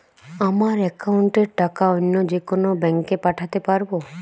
আমার একাউন্টের টাকা অন্য যেকোনো ব্যাঙ্কে পাঠাতে পারব?